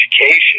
education